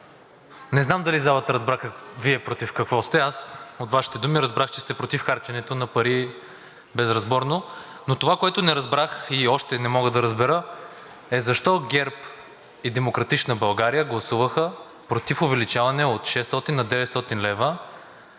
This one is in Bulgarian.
не знам дали залата разбра Вие против какво сте. Аз от Вашите думи разбрах, че сте против харченето на пари безразборно, но това, което не разбрах и още не мога да разбера, е защо ГЕРБ и „Демократична България“ гласуваха против увеличаване от 600 на 900 лв.